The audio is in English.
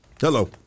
Hello